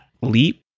leap